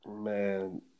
Man